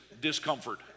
discomfort